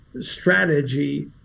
strategy